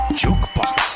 jukebox